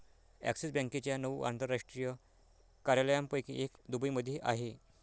axis बँकेच्या नऊ आंतरराष्ट्रीय कार्यालयांपैकी एक दुबईमध्ये आहे